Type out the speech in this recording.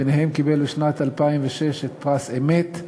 ביניהם קיבל בשנת 2006 את פרס א.מ.ת.